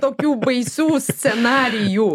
tokių baisių scenarijų